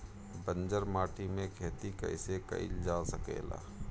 बंजर माटी में खेती कईसे कईल जा सकेला?